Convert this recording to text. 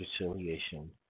reconciliation